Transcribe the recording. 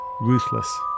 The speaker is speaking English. ruthless